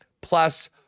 plus